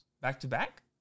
Back-to-back